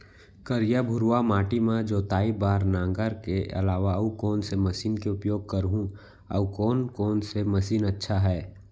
करिया, भुरवा माटी म जोताई बार नांगर के अलावा अऊ कोन से मशीन के उपयोग करहुं अऊ कोन कोन से मशीन अच्छा है?